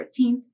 13th